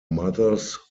mothers